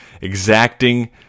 exacting